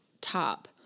top